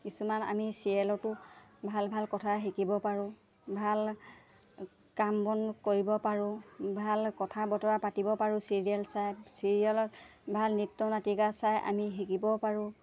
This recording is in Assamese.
কিছুমান আমি চিৰিয়েলতো ভাল ভাল কথা শিকিব পাৰোঁ ভাল কাম বন কৰিব পাৰোঁ ভাল কথা বতৰা পাতিব পাৰোঁ চিৰিয়েল চাই চিৰিয়েলত ভাল নৃত্যনাটিকা চাই আমি শিকিব পাৰোঁ